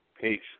Peace